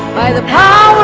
by the power